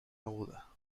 aguda